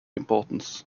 importance